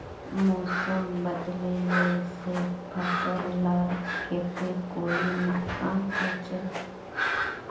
मौसम बदलिले से फसल लार केते कोई नुकसान होचए?